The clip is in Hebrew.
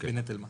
אין נטל מס.